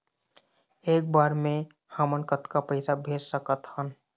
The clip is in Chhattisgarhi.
एक बर मे हमन कतका पैसा भेज सकत हन?